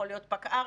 יכול להיות פקע"ר,